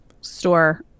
store